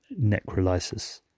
necrolysis